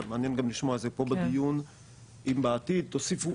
אבל מעניין גם לשמוע את זה פה בדיון אם בעתיד תוסיפו